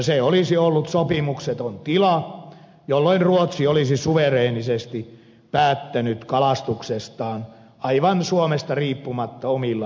se olisi ollut sopimukseton tila jolloin ruotsi olisi suvereenisti päättänyt kalastuksestaan aivan suomesta riippumatta omilla aluevesillään